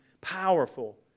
Powerful